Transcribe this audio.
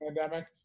pandemic